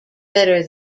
better